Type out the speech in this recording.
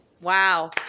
wow